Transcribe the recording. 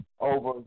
over